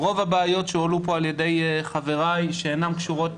רוב הבעיות שהועלו פה על ידי חבריי שאינם קשורות